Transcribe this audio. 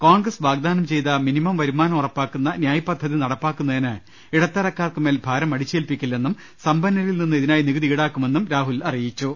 കോൺഗ്രസ് വാഗ്ദാനം ചെയ്ത മിനിമം വരുമാനം ഉറപ്പാ ക്കുന്ന ന്യായ് പദ്ധതി നടപ്പാക്കുന്നതിന് ഇടത്തരക്കാർക്കുമേൽ ഭാരം അടിച്ചേൽപ്പിക്കില്ലെന്നും സമ്പന്നരിൽനിന്ന് ഇതിനായി നികുതി ഈടാക്കുമെന്നും രാഹുൽ അറിയിച്ചു